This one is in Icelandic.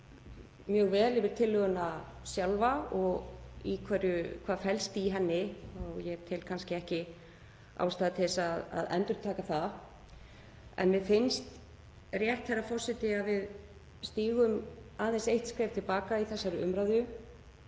mjög vel yfir tillöguna sjálfa og hvað felst í henni og ég tel kannski ekki ástæðu til að endurtaka það. En mér finnst rétt, herra forseti, að við stígum aðeins eitt skref til baka í þessari umræðu,